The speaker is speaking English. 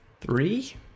Three